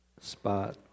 spot